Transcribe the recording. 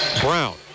Brown